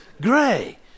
gray